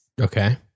Okay